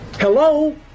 Hello